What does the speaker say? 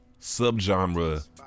subgenre